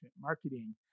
marketing